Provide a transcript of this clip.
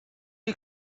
you